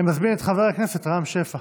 אני מזמין את חבר הכנסת רם שפע